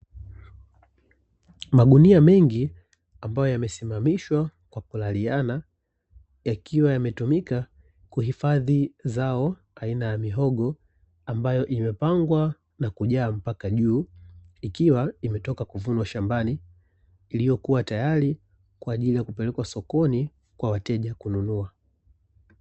Magunia mengi ambayo yamesimamishwa kwa kulaliana yakiwa yametumika, kuhifadhi zao aina ya mihogo ambayo imepangwa na kujaa mpaka juu, ikiwa imetoka kuvunwa shambani iliyokuwa tayari kwa ajili ya kupelekwa sokoni kwa wateja kununua.